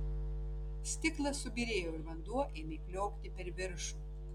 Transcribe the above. stiklas subyrėjo ir vanduo ėmė kliokti per viršų